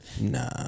Nah